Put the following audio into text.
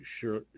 sure